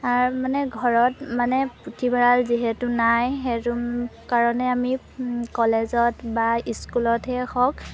মানে ঘৰত মানে পুথিভঁৰাল যিহেতু নাই সেইটো কাৰণে আমি কলেজত বা স্কুলতহে হওক